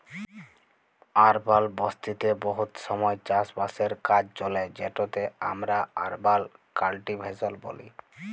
আরবাল বসতিতে বহুত সময় চাষ বাসের কাজ চলে যেটকে আমরা আরবাল কাল্টিভেশল ব্যলি